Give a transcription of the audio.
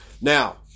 Now